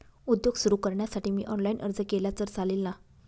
उद्योग सुरु करण्यासाठी मी ऑनलाईन अर्ज केला तर चालेल ना?